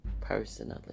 personally